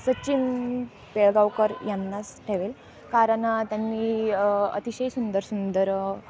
सचिन पिळगावकर यांनाच ठेवेल कारण त्यांनी अतिशय सुंदर सुंदर